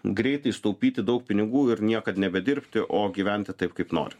greitai sutaupyti daug pinigų ir niekad nebedirbti o gyventi taip kaip nori